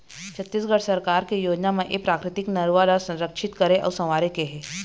छत्तीसगढ़ सरकार के योजना म ए प्राकृतिक नरूवा ल संरक्छित करे अउ संवारे के हे